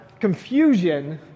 confusion